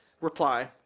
Reply